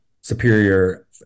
Superior